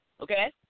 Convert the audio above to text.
Okay